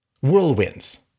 whirlwinds